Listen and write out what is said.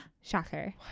shocker